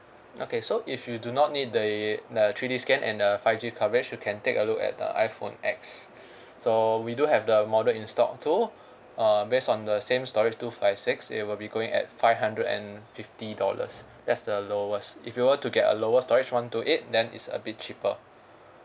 okay so if you do not need the the three D scan and the five G coverage you can take a look at uh iphone X so we do have the model in stock too uh based on the same storage two five six it will be going at five hundred and fifty dollars that's the lowest if you were to get a lower storage one two eight then it's a bit cheaper